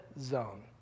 zone